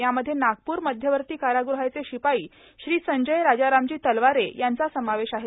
यामध्ये नागपूर मध्यवर्ता कारागृहाचे र्शिपाई श्री संजय राजारामजी तलवारे यांचा समावेश आहे